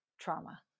trauma